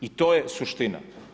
I to je suština.